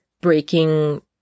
Breaking